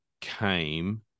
came